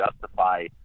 justify